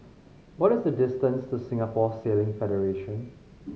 what is the distance to Singapore Sailing Federation